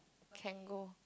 can go